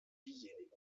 diejenigen